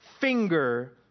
finger